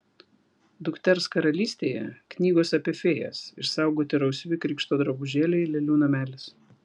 dukters karalystėje knygos apie fėjas išsaugoti rausvi krikšto drabužėliai lėlių namelis